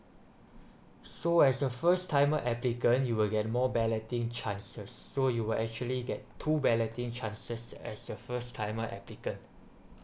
so as a first timer applicant you will get more balloting chances so you will actually get two balloting chances as a first timer applicants